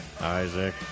Isaac